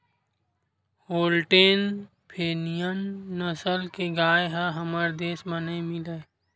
Holstein Friesian नसल के गाय ह हमर देस म नइ मिलय